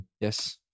Yes